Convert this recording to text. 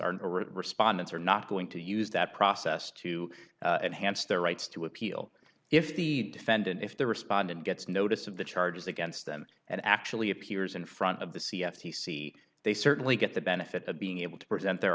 are respondents are not going to use that process to enhance their rights to appeal if the defendant if the respondent gets notice of the charges against them and actually appears in front of the c s he see they certainly get the benefit of being able to present their